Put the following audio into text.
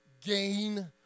gain